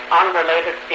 unrelated